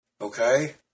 Okay